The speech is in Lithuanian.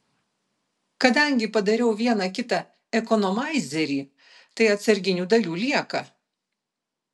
kadangi padarau vieną kitą ekonomaizerį tai atsarginių dalių lieka